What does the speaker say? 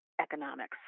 economics